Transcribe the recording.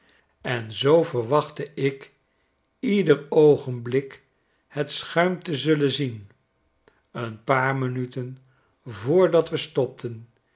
en zoo verwachtte ik ieder oogenblik het schuim te zullen zien een paar minuten voordat we stopten